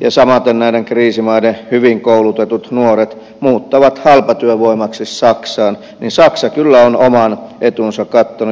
ja samaten näiden kriisimaiden hyvin koulutetut nuoret muuttavat halpatyövoimaksi saksaan niin saksa kyllä on oman etunsa katsonut